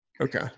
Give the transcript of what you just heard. Okay